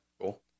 cool